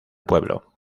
pueblo